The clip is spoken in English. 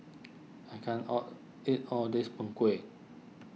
I can't all eat all of this Png Kueh